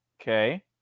Okay